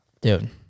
dude